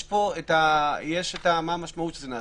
יש את המשמעות של זה.